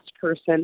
person